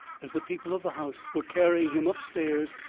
as the people of the house were carrying him up-stairs,